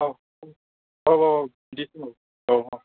औ औ औ बिदि औ औ